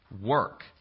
work